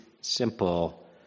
simple